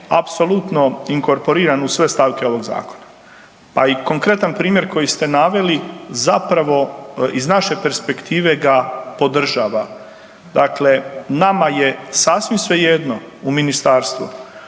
apsolutno inkorporiran u sve stavke ovoga zakona. Pa i konkretan primjer koji ste naveli zapravo iz naše perspektive ga podržava. Dakle, nama je sasvim svejedno u ministarstvu